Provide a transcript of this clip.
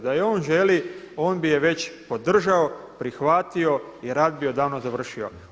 Da je on želi on bi je već podržao, prihvatio i rat bi odavno završio.